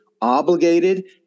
Obligated